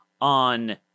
on